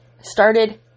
Started